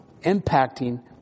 impacting